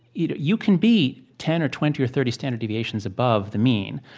you know you can be ten or twenty or thirty standard deviations above the mean.